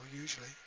usually